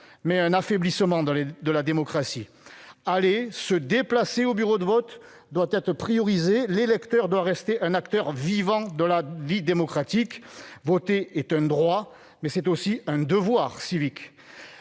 mais un affaiblissement de la démocratie. Le déplacement dans les bureaux de vote doit être privilégié, car l'électeur doit rester un acteur vivant de la vie démocratique. Voter est un droit, mais aussi un devoir civique